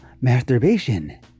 masturbation